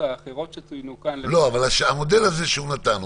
האחרות שצוינו כאן --- המודל שהוא נתן,